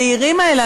הזעירים האלה,